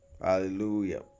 Hallelujah